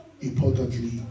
importantly